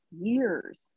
years